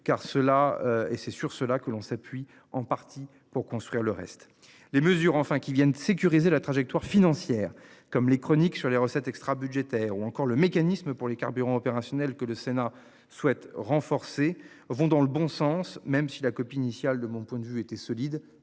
et c'est sur cela que l'on s'appuie en partie pour construire le reste les mesures enfin qui viennent sécuriser la trajectoire financière comme les chroniques sur les recettes extra-budgétaires ou encore le mécanisme pour les carburants opérationnels que le Sénat souhaite renforcer vont dans le bon sens même si la copie initiale de mon point de vue était solide.